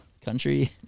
Country